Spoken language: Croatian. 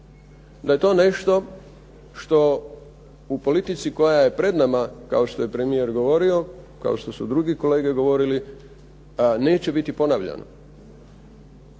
Da je to nešto što u politici koja je pred nama, kao što je premije govorio, kao što su drugi kolege govorili, neće biti ponavljano.